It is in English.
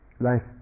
Life